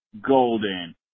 Golden